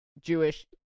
Jewish